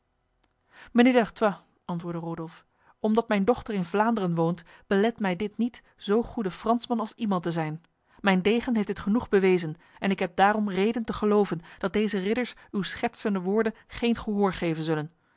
d'artois antwoordde rodolf omdat mijn dochter in vlaanderen woont belet mij dit niet zo goede fransman als iemand te zijn mijn degen heeft dit genoeg bewezen en ik heb daarom reden te geloven dat deze ridders uw schertsende woorden geen gehoor geven zullen